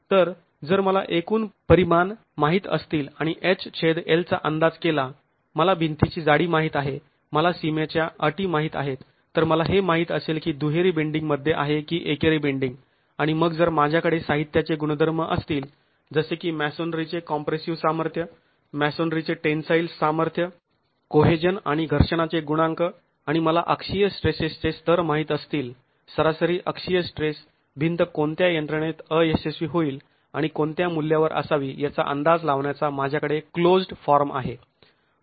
तर जर मला एकूण परिमाण माहीत असतील आणि h छेद l चा अंदाज केला मला भिंतीची जाडी माहित आहे मला सिमेच्या अटी माहीत आहेत तर मला हे माहीत असेल की दुहेरी बेंडींग मध्ये आहे की एकेरी बेंडींग आणि मग जर माझ्याकडे साहित्याचे गुणधर्म असतील जसे की मॅसोनरीचे कॉम्प्रेसिव सामर्थ्य मॅसोनरीचे टेन्साईल सामर्थ्य कोहेजन आणि घर्षणाचे गुणांक आणि मला अक्षीय स्ट्रेसेसचे स्तर माहित असतील सरासरी अक्षीय स्ट्रेस भिंत कोणत्या यंत्रणेत अयशस्वी होईल आणि कोणत्या मूल्यांवर असावी याचा अंदाज लावण्याचा माझ्याकडे क्लोज्ड् फॉर्म आहे